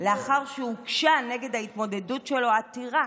לאחר שהוגשה נגד ההתמודדות שלו עתירה.